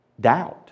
doubt